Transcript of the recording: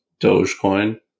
Dogecoin